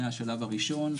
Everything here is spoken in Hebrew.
מהשלב הראשון,